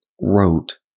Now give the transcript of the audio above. wrote